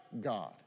God